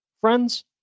Friends